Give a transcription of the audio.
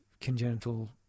congenital